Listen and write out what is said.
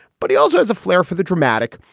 but he also has a flair for the dramatic,